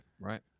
Right